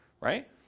right